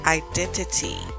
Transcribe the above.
identity